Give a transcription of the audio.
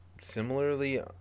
similarly